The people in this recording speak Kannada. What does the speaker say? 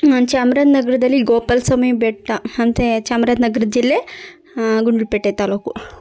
ನಾನು ಚಾಮ್ರಾಜ ನಗ್ರದಲ್ಲೀ ಗೋಪಾಲ ಸ್ವಾಮಿ ಬೆಟ್ಟ ಅಂದ್ರೆ ಚಾಮ್ರಾಜ ನಗ್ರ ಜಿಲ್ಲೆ ಗುಂಡ್ಲುಪೇಟೆ ತಾಲೂಕು